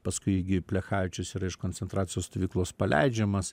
paskui gi plechavičius yra iš koncentracijos stovyklos paleidžiamas